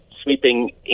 sweeping